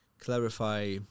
clarify